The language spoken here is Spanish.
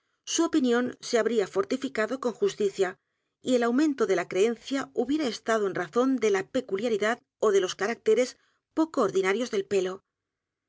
su opinión se habría fortificado con justicia y el aumento de la creencia hubiera estado en razón de la peculiaridad ó de los caracteres poco ordinarios del pelo